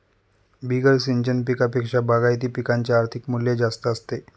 बिगर सिंचन पिकांपेक्षा बागायती पिकांचे आर्थिक मूल्य जास्त असते